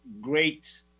great